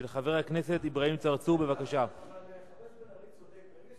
חבר הכנסת בן-ארי צודק.